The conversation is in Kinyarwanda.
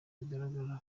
bigaragaza